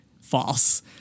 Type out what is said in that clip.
false